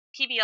PBL